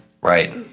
Right